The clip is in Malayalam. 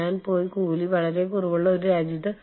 നഷ്ടപരിഹാരം മറ്റൊരു വിഷയമാണ്